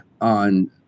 on